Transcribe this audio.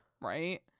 Right